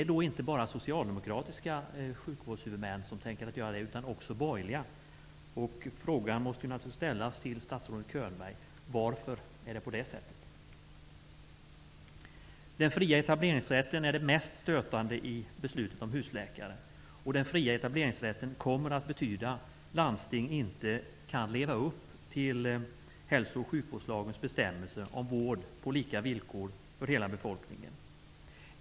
Det är inte bara socialdemokratiska sjukvårdshuvudmän som tänker göra det, utan även borgerliga sådana. Frågan måste alltså ställas till statsrådet Bo Könberg: Varför är det på det sättet? Den fria etableringsrätten är det mest stötande i beslutet om husläkare. Den fria etableringsrätten kommer att betyda att landstingen inte kan leva upp till hälso och sjukvårdslagens bestämmelser om vård på lika villkor för hela befolkningen.